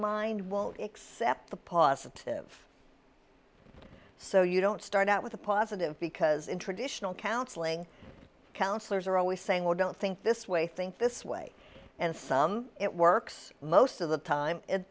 accept the positive so you don't start out with a positive because in traditional counseling counselors are always saying oh don't think this way think this way and some it works most of the time it